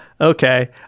okay